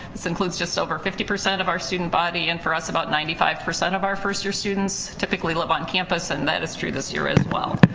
this includes just over fifty percent of our student body and, for us, about ninety five percent of our first year students typically live on campus and that is true this year as well.